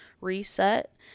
reset